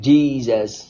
Jesus